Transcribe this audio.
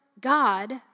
God